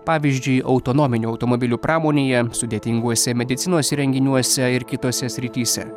pavyzdžiui autonominių automobilių pramonėje sudėtinguose medicinos įrenginiuose ir kitose srityse